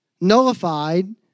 nullified